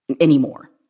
anymore